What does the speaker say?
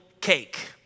cake